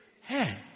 hey